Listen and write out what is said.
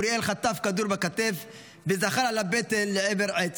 אוריאל חטף כדור בכתף וזחל על הבטן לעבר עץ.